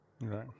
right